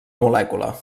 molècula